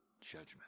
judgment